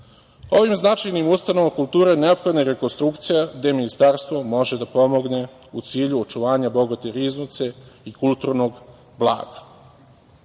itd. Ovim značajnim ustanovama kulture neophodna je rekonstrukcija, gde Ministarstvo može da pomogne, u cilju očuvanja bogate riznice i kulturnog blaga.U